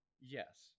Yes